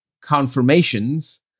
confirmations